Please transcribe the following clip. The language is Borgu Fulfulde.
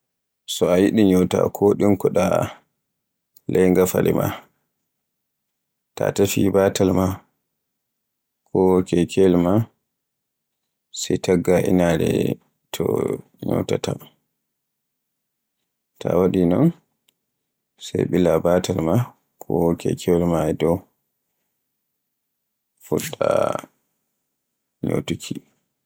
So a yiɗi ñyota ko ɗinkoda ley ngafale ma, ta tefa batal ma ko kekeyel ma sae tagga inaare to konnyotata. Ta waɗi don ɓila batal ma ko kekeyel ma e dow fuɗɗa ñyotuki.